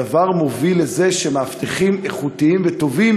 הדבר מוביל לזה שמאבטחים איכותיים וטובים